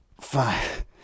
five